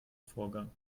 vorgang